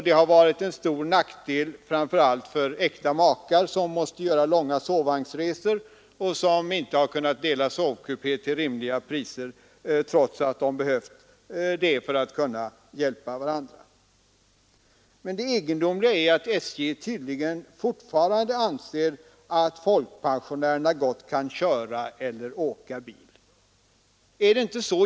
Det har varit till stor nackdel framför allt för äkta makar som måst göra långa sovvagnsresor och inte har kunnat dela sovkupé till rimligt pris, trots att de behövt det för att kunna hjälpa varandra. Det egendomliga är att SJ tydligen fortfarande anser att folkpensionärerna gott kan åka bil.